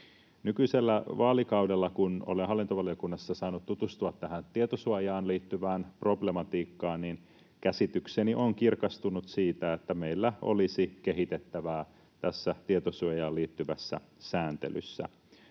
Nykyisellä vaalikaudella, kun olen hallintovaliokunnassa saanut tutustua tähän tietosuojaan liittyvään problematiikkaan, käsitykseni on kirkastunut siitä, että meillä olisi kehitettävää tässä tietosuojaan liittyvässä sääntelyssä.